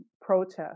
protest